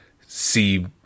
see